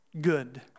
good